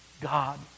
God